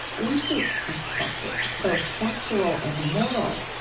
we seek perspective, both factual and moral,